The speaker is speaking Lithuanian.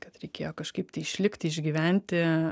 kad reikėjo kažkaip tai išlikti išgyventi